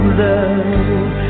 love